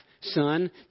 son